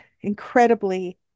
incredibly